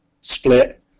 split